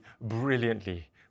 brilliantly